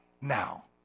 now